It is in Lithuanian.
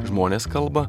žmonės kalba